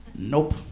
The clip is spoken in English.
nope